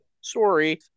Sorry